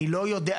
אני לא יודע.